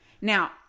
Now